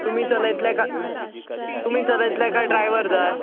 तुमी चलयतले का तुमी चलयतले कांय ड्रायवर जाय